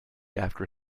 after